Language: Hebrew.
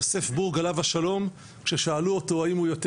יוסף בורג עליו השלום כששאלו אותו האם הוא יותר